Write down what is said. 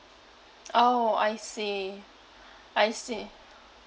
orh I see I see